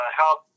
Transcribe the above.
help